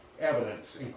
evidence